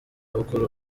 bukuru